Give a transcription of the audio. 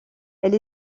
elle